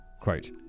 quote